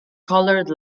colored